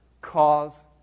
cause